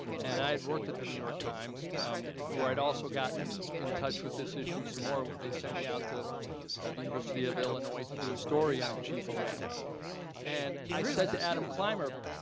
and i had worked at the new york times where i'd also gotten in touch with this issue some more. they sent me out to the university of illinois to do a story on chief illiniwek and i said to adam clymer,